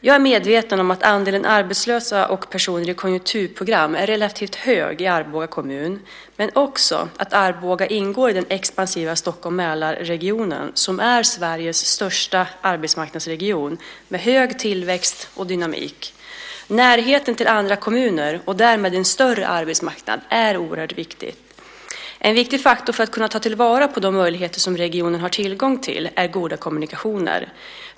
Jag är medveten om att andelen arbetslösa och personer i konjunkturprogram är relativt hög i Arboga kommun men också att Arboga ingår i den expansiva Stockholm-Mälarregionen som är Sveriges största arbetsmarknadsregion med en hög tillväxt och dynamik. Närheten till andra kommuner och därmed en större arbetsmarknad är oerhört viktig. En viktig faktor för att kunna ta till vara på de möjligheter som regionen har tillgång till är goda kommunikationer.